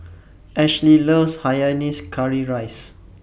Ashely loves Hainanese Curry Rice